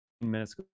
minutes